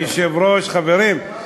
אדוני היושב-ראש, חברים,